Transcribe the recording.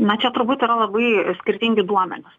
na čia turbūt labai yra skirtingi duomenys